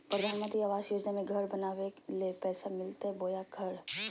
प्रधानमंत्री आवास योजना में घर बनावे ले पैसा मिलते बोया घर?